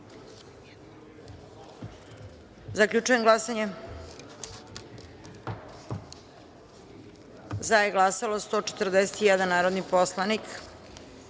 izjasne. Zaključujem glasanje: za je glasalo 141 narodni poslanik,